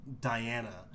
Diana